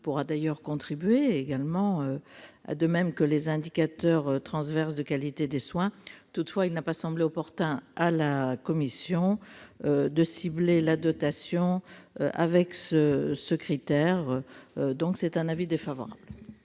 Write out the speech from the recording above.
pourra d'ailleurs y contribuer, de même que les indicateurs transverses de qualité des soins. Toutefois, il n'a pas semblé opportun à la commission de cibler la dotation avec le critère que vous proposez.